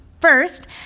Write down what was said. First